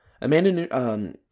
Amanda